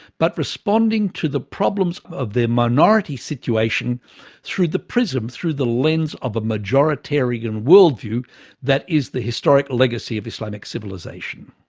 but responding to the problems of their minority situation through the prism, through the lens, of a majoritarian worldview that is the historic legacy of islamic civilisation.